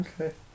Okay